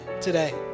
today